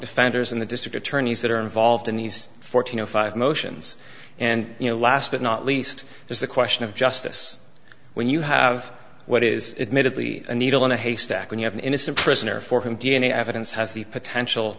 defenders in the district attorneys that are involved in these fourteen zero five motions and you know last but not least is the question of justice when you have what is admittedly a needle in a haystack when you have an innocent person or for whom d n a evidence has the potential